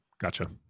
Gotcha